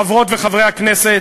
חברות וחברי הכנסת,